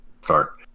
start